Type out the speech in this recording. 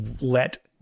let